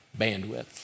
bandwidth